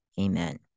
amen